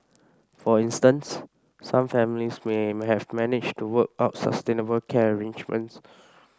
for instance some families may have managed to work out sustainable care arrangements